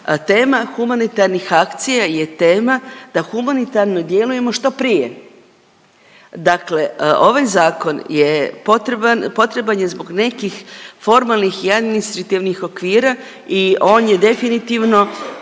tema humanitarnih akcija je tema da humanitarno djelujemo što prije. Dakle ovaj zakon je potreban, potreban je zbog nekih formalnih i administrativnih okvira i on je definitivno